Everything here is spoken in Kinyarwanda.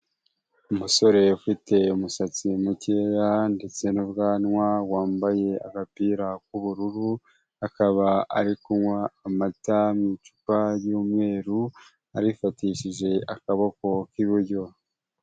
Umusore ufite umusatsi mukeya ndetse n'ubwanwa, wambaye agapira k'ubururu, akaba ari kunywa amata mu icupa y'umweru, arifatishije akaboko k'iburyo.